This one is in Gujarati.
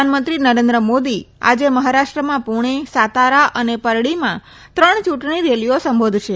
પ્રધાનમંત્રી નરેન્દ્ર મોદી આજે મહારાષ્ટ્રમાં પુણે સાતારા અને પરળીમાં ત્રણ યુંટણી રેલીઓ સંબોધશે